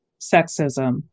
sexism